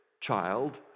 child